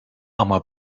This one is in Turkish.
ama